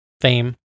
fame